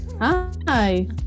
Hi